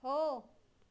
हो